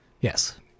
Yes